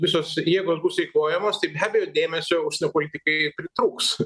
visos jėgos bus eikvojamos tai be abejo dėmesio užsienio politikai pritrūks